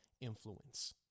influence